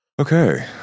Okay